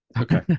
Okay